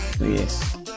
Yes